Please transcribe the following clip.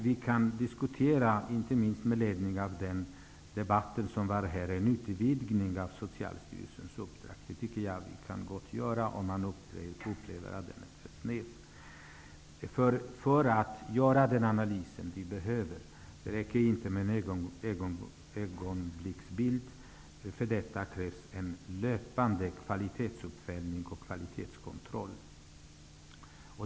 Vi kan diskutera, inte minst med ledning av den debatt som har förts här, en utvidgning av Socialstyrelsens uppdrag. Det kan vi gott göra, om man upplever att det är för snävt för att man skall kunna göra den analys man behöver. Det räcker inte med en ögonblicksbild, utan det krävs en löpande kvalitetsuppföljning och kvalitetskontroll.